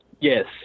Yes